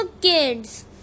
kids